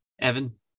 Evan